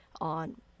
on